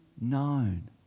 known